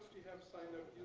have signed up